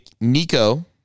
Nico